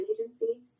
agency